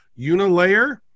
Unilayer